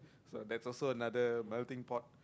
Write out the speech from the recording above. so that's also another melting pot